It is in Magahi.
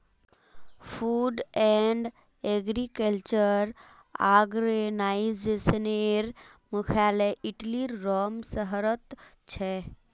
फ़ूड एंड एग्रीकल्चर आर्गेनाईजेशनेर मुख्यालय इटलीर रोम शहरोत छे